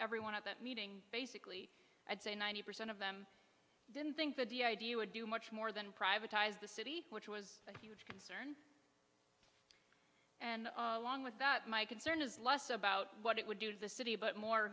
everyone at that meeting basically i'd say ninety percent of them didn't think that the idea would do much more than privatized the city which was a huge concern and along with that my concern is less about what it would do to the city but more